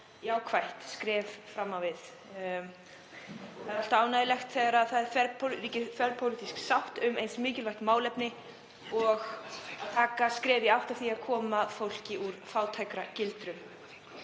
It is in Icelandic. jákvætt skref fram á við. Það er alltaf ánægjulegt þegar ríkir þverpólitísk sátt um eins mikilvægt málefni og að taka skref í átt að því að koma fólki úr fátæktargildru